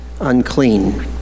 unclean